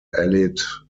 allied